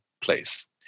place